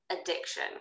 addiction